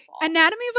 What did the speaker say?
anatomy